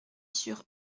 sur